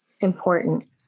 important